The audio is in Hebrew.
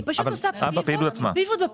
קרן: היא פשוט עושה פיבוט בפעילות.